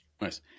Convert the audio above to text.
Nice